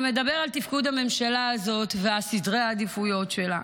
המדבר על תפקוד הממשלה הזאת ועל סדרי העדיפויות שלה.